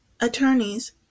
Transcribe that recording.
attorneys